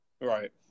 Right